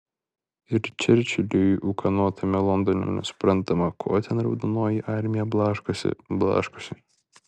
ir čerčiliui ūkanotame londone nesuprantama ko ten raudonoji armija blaškosi blaškosi